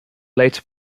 later